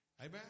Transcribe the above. Amen